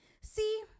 see